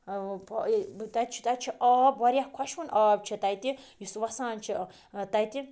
تَتہِ چھُ تَتہِ چھُ آب واریاہ خۄشوُن آب چھِ تَتہِ یُس وَسان چھِ تَتہِ